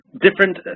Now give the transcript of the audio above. different